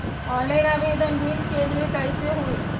Online आवेदन ऋन के लिए कैसे हुई?